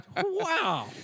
Wow